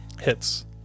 Hits